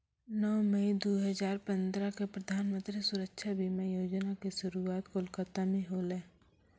नौ मई दू हजार पंद्रह क प्रधानमन्त्री सुरक्षा बीमा योजना के शुरुआत कोलकाता मे होलै